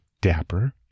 dapper